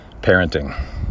parenting